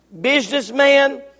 businessman